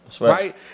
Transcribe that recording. right